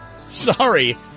Sorry